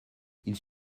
ils